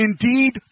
indeed